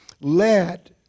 let